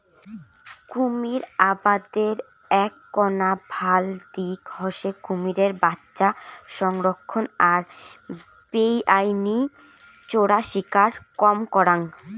কুমীর আবাদের এ্যাকনা ভাল দিক হসে কুমীরের বাচ্চা সংরক্ষণ আর বেআইনি চোরাশিকার কম করাং